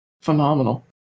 phenomenal